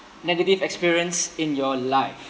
negative experience in your life